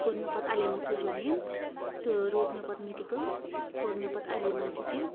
کوٚر مےٚ پَتہٕ ایلیوینتھٕ جویِن تہٕ روٚٹ مےٚ پَتہٕ میڈِکَل پوٚر مےٚ پَتہٕ ایلٮ۪وینتھٕ تہِ